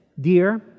Dear